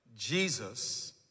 Jesus